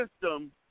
system